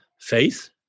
faith